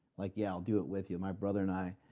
like, yeah i'll do it with you. my brother and i,